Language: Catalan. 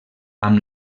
amb